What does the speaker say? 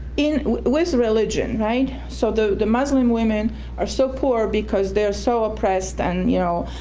in with religion, right, so the the muslim women are so poor because they are so oppressed and, you know,